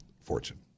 fortune